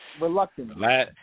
Reluctantly